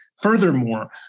furthermore